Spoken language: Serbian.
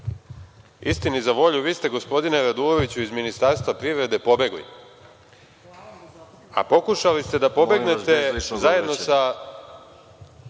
Istini za volju, vi ste, gospodine Raduloviću, iz Ministarstva privrede pobegli. A pokušali ste da pobegnete zajedno sa…